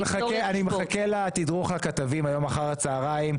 אני מחכה לתדרוך הכתבים היום אחר הצוהריים,